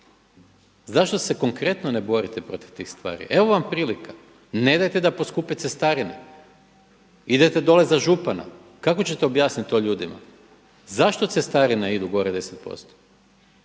Zašto se konkretno ne borite protiv tih stvari? Evo vam prilika, nemojte da poskupe cestarine. Idete dolje za župana, kako ćete objasniti to ljudima? Zašto cestarine idu gore 10%?